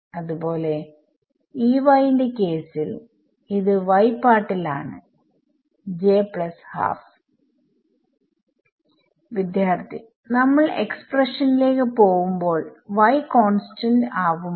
അത്പോലെ ന്റെ കേസിൽ ഇത് y പാർട്ടിൽ ആണ് വിദ്യാർത്ഥി നമ്മൾ എക്സ്പ്രഷനിലേക്ക് പോവുമ്പോൾ y കോൺസ്റ്റന്റ് ആവുമോ